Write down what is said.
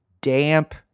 damp